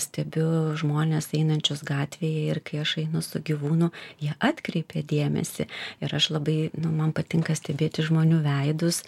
stebiu žmones einančius gatvėje ir kai aš einu su gyvūnu jie atkreipia dėmesį ir aš labai man patinka stebėti žmonių veidus